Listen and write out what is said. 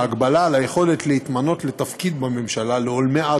בהגבלה על היכולת להתמנות לתפקיד בממשלה לעולמי-עד,